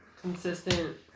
consistent